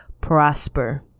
prosper